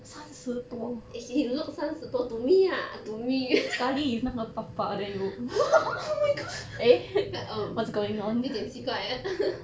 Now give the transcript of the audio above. is he look 三十多 to me ah to me oh my god like um 有点奇怪 ah